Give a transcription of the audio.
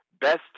best